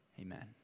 amen